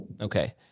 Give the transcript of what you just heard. Okay